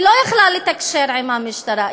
היא לא יכלה לתקשר עם המשטרה,